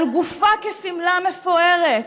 על גופה כשמלה מפוארת.